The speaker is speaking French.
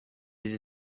des